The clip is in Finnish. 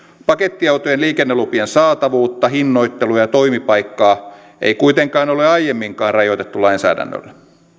pakettiautojen liikennelupien saatavuutta hinnoittelua ja toimipaikkaa ei kuitenkaan ole aiemminkaan rajoitettu lainsäädännöllä